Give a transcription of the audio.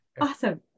Awesome